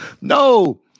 no